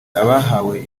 abahawe